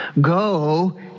Go